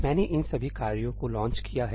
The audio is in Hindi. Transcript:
मैंने इन सभी कार्यों को लॉन्च किया है